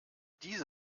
diese